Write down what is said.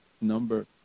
number